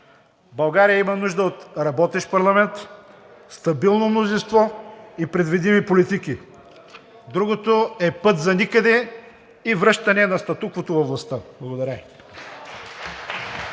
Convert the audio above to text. България има нужда от работещ парламент, стабилно мнозинство и предвидими политики. Другото е път за никъде и връщане на статуквото във властта. Благодаря